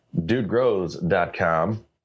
Dudegrows.com